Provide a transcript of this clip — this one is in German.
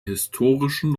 historischen